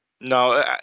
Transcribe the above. no